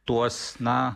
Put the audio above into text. tuos na